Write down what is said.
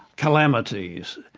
calamities,